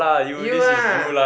you ah